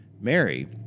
Mary